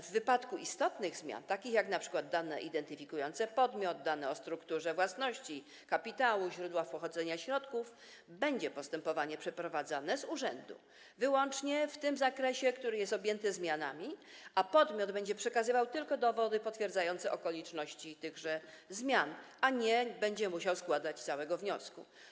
W przypadku istotnych zmian, takich jak dane identyfikujące podmiot, dane o strukturze własności, kapitału, źródła pochodzenia środków, postępowanie będzie przeprowadzane z urzędu wyłącznie w tym zakresie, który jest objęty zmianami, a podmiot będzie przekazywał tylko dowody potwierdzające okoliczności tychże zmian, a nie będzie musiał składać całego wniosku.